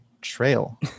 trail